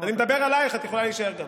אני מדבר עלייך, את יכולה להישאר גם.